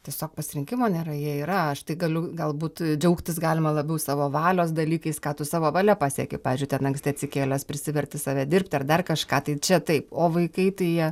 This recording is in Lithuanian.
tiesiog pasirinkimo nėra jie yra aš tai galiu galbūt džiaugtis galima labiau savo valios dalykais ką tu savo valia paseki pavyzdžiui ten anksti atsikėlęs prisiverti save dirbti ar dar kažką tai čia taip o vaikai tai jie